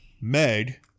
Meg